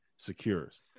secures